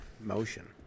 motion